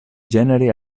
generi